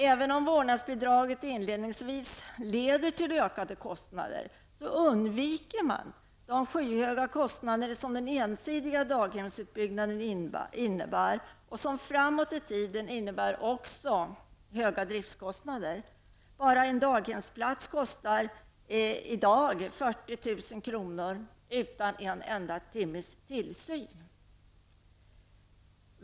Även om vårdnadsbidraget inledningsvis leder till ökade kostnader undviker man de skyhöga kostnader som den ensidiga daghemsutbyggnaden innebär. Den innebär också höga driftskostnader framåt i tiden. Bara en daghemsplats utan en enda timmes tillsyn kostar i dag 40 000 kr.